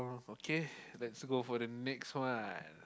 okay let's go for the next one